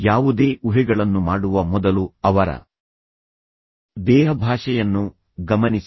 ಯಾವುದೇ ಊಹೆಗಳನ್ನು ಮಾಡುವ ಮೊದಲು ಅವರ ದೇಹಭಾಷೆಯನ್ನು ಗಮನಿಸಿ